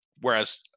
whereas